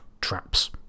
Traps